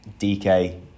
DK